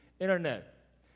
internet